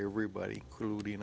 everybody including